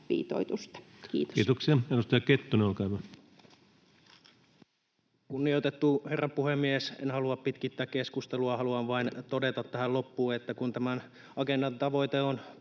Kiitoksia. — Edustaja Kettunen, olkaa hyvä. Kunnioitettu herra puhemies! En halua pitkittää keskustelua. Haluan vain todeta tähän loppuun, että kun tämän Agendan tavoite on